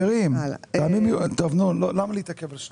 חברים, טוב נו, למה להתעכב על שטויות?